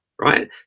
right